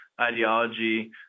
ideology